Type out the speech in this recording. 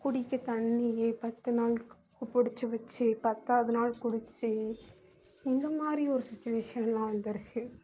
குடிக்க தண்ணியே பத்து நாளுக்கு பிடுச்சு வைச்சு பத்தாவது நாள் குடித்து இந்த மாதிரி ஒரு சுச்சிவேஷனெலாம் வந்துடுச்சு